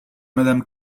madame